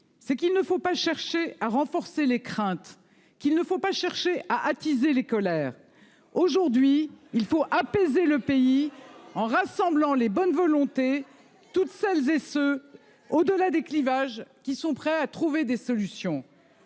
c'est qu'il ne faut pas chercher à renforcer les craintes qu'il ne faut pas chercher à attiser les colères. Aujourd'hui il faut apaiser le pays en rassemblant les bonnes volontés. Toutes celles et ceux au delà des clivages qui sont prêts à trouver des solutions.